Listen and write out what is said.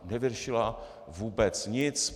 Nevyřešila vůbec nic.